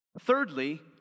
Thirdly